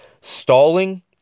stalling